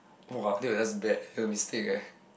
!woah! that was just bad a mistake eh